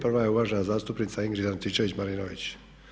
Prva je uvažena zastupnica Ingrid Antičević Marinović.